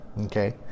Okay